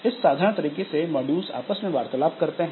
इस साधारण तरीके से मॉड्यूल्स आपस में वार्तालाप करते हैं